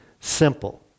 simple